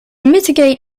mitigate